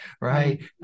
Right